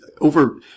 over